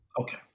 Okay